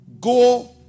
go